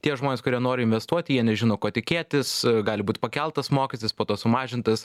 tie žmonės kurie nori investuoti jie nežino ko tikėtis gali būt pakeltas mokestis po to sumažintas